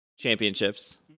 championships